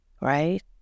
right